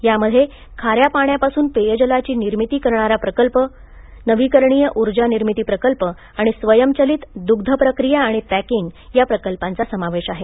यामध्ये खाऱ्या पाण्यापासून पेयजलची निर्मिती करणारा प्रकल्प नविकरणीय उर्जा निर्मितीप्रकल्प आणि स्वयंचलित दुग्ध प्रक्रिया आणि पॅकिंग या प्रकल्पांचा समावेश आहे